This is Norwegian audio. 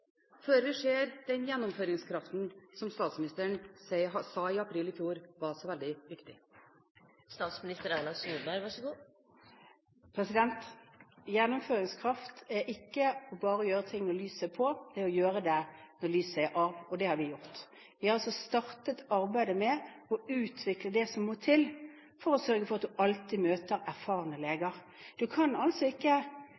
før vi ser den gjennomføringskraften som statsministeren i april i fjor sa var så veldig viktig? Gjennomføringskraft er ikke bare å gjøre ting når lyset er på, det er å gjøre det når lyset er av – og det har vi gjort. Vi har startet arbeidet med å utvikle det som må til for å sørge for at man alltid møter